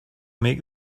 make